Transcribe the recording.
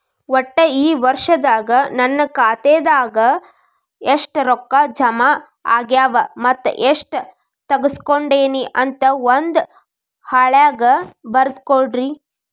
ಒಟ್ಟ ಈ ವರ್ಷದಾಗ ನನ್ನ ಖಾತೆದಾಗ ಎಷ್ಟ ರೊಕ್ಕ ಜಮಾ ಆಗ್ಯಾವ ಮತ್ತ ಎಷ್ಟ ತಗಸ್ಕೊಂಡೇನಿ ಅಂತ ಒಂದ್ ಹಾಳ್ಯಾಗ ಬರದ ಕೊಡ್ರಿ